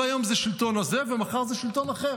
היום זה השלטון הזה ומחר זה שלטון אחר,